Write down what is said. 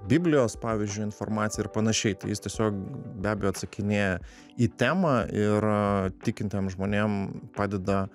biblijos pavyzdžiui informacija ir panašiai tai jis tiesiog be abejo atsakinėja į temą ir tikintiem žmonėm padeda